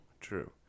True